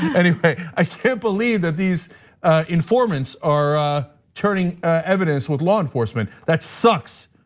anyway, i can't believe that these informants are turning evidence with law enforcement. that sucks.